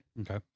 Okay